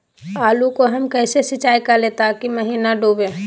आलू को हम कैसे सिंचाई करे ताकी महिना डूबे?